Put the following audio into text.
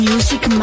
Music